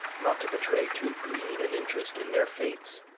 not to betray too green an interest in their fates!